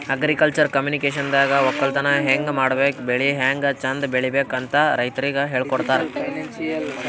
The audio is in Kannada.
ಅಗ್ರಿಕಲ್ಚರ್ ಕಮ್ಯುನಿಕೇಷನ್ದಾಗ ವಕ್ಕಲತನ್ ಹೆಂಗ್ ಮಾಡ್ಬೇಕ್ ಬೆಳಿ ಹ್ಯಾಂಗ್ ಚಂದ್ ಬೆಳಿಬೇಕ್ ಅಂತ್ ರೈತರಿಗ್ ಹೇಳ್ಕೊಡ್ತಾರ್